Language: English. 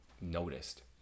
Noticed